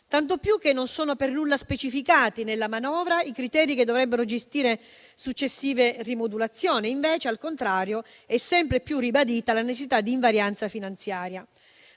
manovra non sono per nulla specificati i criteri che dovrebbero gestire successive rimodulazioni. Invece è sempre più ribadita la necessità di invarianza finanziaria.